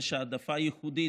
יש העדפה ייחודית,